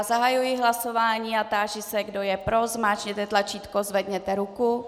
Zahajuji hlasování a táži se, kdo je pro, zmáčkněte tlačítko a zvedněte ruku.